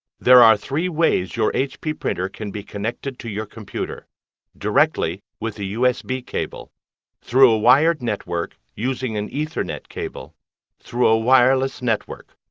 there are three ways your hp printer can be connected to your computer directly, with a usb cable through a wired network, using an ethernet cable through a wireless network